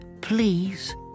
Please